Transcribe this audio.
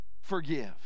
forgive